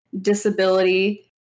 disability